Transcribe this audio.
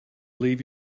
leave